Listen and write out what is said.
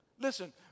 Listen